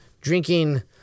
drinking